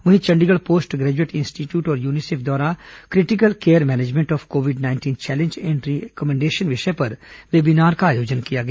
वहीं Chandigarh post graduate institute और UNICEF द्वारा critical care management of COVID nineteen challenge and recommendation विषय पर वेबीनार का आयोजन किया गया